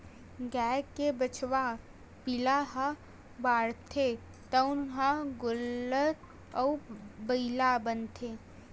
गाय के बछवा पिला ह बाढ़थे तउने ह गोल्लर अउ बइला बनथे